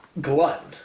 glut